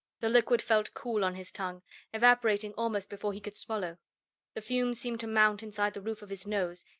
the liquid felt cool on his tongue, evaporating almost before he could swallow the fumes seemed to mount inside the root of his nose,